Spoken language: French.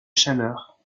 chaleur